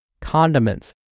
condiments